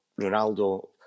Ronaldo